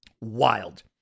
wild